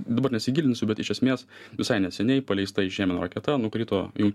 dabar nesigilinsiu bet iš esmės visai neseniai paleista iš jemeno raketa nukrito į